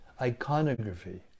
iconography